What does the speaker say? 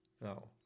No